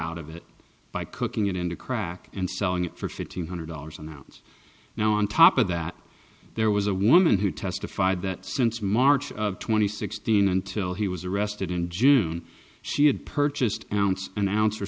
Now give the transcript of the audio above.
out of it by cooking it into crack and selling it for fifteen hundred dollars an ounce now on top of that there was a woman who testified that since march twenty sixth seen until he was arrested in june she had purchased an ounce